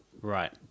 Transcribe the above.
Right